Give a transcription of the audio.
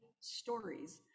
stories